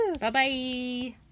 Bye-bye